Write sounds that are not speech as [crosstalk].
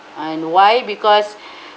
and why because [breath]